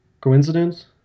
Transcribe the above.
coincidence